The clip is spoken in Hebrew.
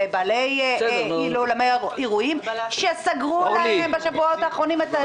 לבעלי אולמות אירועים שסגרו להם את העסקים בשבועות האחרונים.